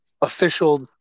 official